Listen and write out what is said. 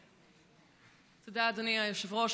תודה, אדוני היושב-ראש.